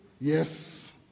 Yes